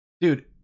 Dude